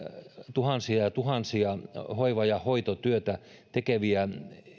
tuhansia ja tuhansia hoiva ja hoitotyötä tekeviä